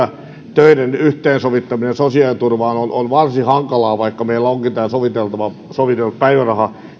töiden yhteensovittaminen sosiaaliturvaan on on varsin hankalaa vaikka meillä onkin soviteltu päiväraha